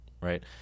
right